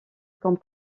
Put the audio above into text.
comme